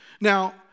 Now